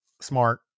smart